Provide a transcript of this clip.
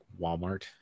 Walmart